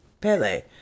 pele